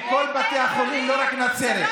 עם כל בתי החולים, לא רק נצרת.